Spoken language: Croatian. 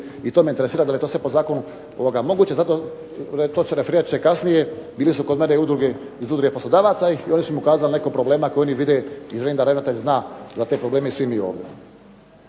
I to me interesira da li je to sve pod zakonom moguće. Referirat ću se kasnije. Bili su kod mene iz Udruge poslodavaca i onda su mi kazali nekoliko problema koji oni vide i držim da ravnatelj zna za sve te probleme i mi svi ovdje.